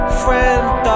friend